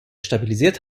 stabilisiert